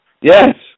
Yes